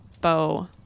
bow